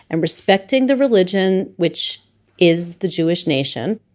and respecting the religion which is the jewish nation.